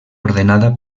ordenada